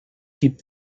gibt